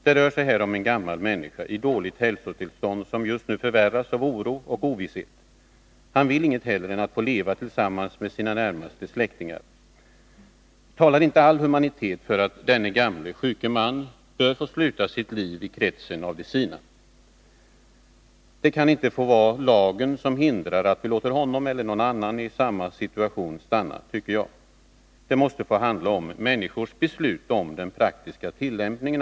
Det rör sig i det här fallet om en gammal människa i dåligt hälsotillstånd, vilket just nu förvärras på grund av oron och ovissheten. Han vill inget hellre än att få leva med sina närmaste släktingar. Talar inte all humanitet för att denne gamle, sjuke man bör få sluta sitt liv i kretsen av de sina? Det kan enligt min mening inte få vara så, att lagen skall hindra oss från att låta honom eller någon annan i samma situation stanna. Det måste få handla om människors beslut, alltså om den praktiska tillämpningen.